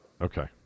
Okay